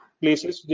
places